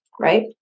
right